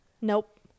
Nope